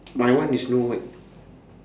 my one is no word